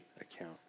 account